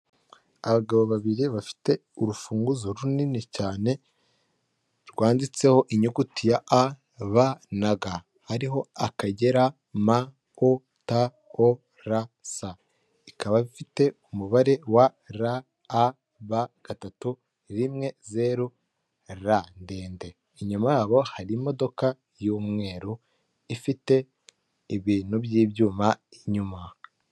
Urujya ni uruza rw'abantu bari kwamamaza umukandida mu matora y'umukuru w'igihugu bakaba barimo abagabo ndetse n'abagore, bakaba biganjemo abantu bambaye imyenda y'ibara ry'icyatsi, bari mu ma tente arimo amabara y'umweru, icyatsi n'umuhondo, bamwe bakaba bafite ibyapa biriho ifoto y'umugabo wambaye kositime byanditseho ngo tora, bakaba bacyikijwe n'ibiti byinshi ku musozi.